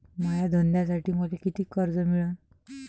माया धंद्यासाठी मले कितीक कर्ज मिळनं?